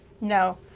No